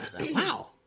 wow